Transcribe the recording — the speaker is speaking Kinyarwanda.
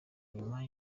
nyuma